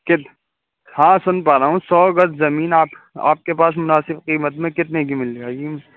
کہ ہاں سن پا رہا ہوں سو گز زمین آپ آپ کے پاس مناسب قیمت میں کتنے کی مل جائے گی